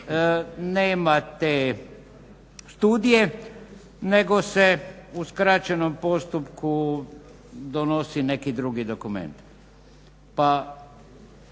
Nema te studije, nego se u skraćenom postupku donosi neki drugi dokument. Pa,